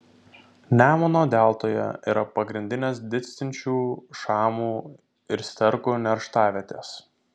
nemuno deltoje yra pagrindinės didstinčių šamų ir sterkų nerštavietės